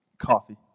coffee